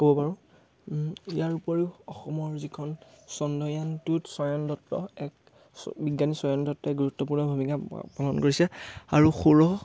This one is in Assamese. ক'ব পাৰোঁ ইয়াৰ উপৰিও অসমৰ যিখন চন্দ্ৰয়ান টুত স্বয়ন দত্ত এক বিজ্ঞানী স্বয়ন দত্তই গুৰুত্বপূৰ্ণ ভূমিকা পালন কৰিছে আৰু সৌৰহ